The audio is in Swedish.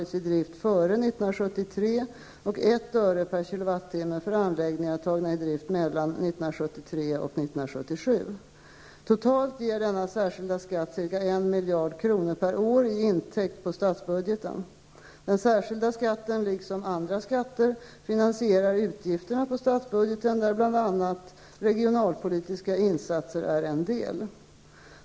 Skatten är 2 Totalt ger denna särskilda skatt ca 1 miljard kronor per år i intäkt på statsbudgeten. Den särskilda skatten liksom andra skatter finansierar utgifterna på statsbudgeten, där bl.a. regionalpolitiska insatser är en del.